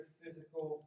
physical